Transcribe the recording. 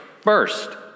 first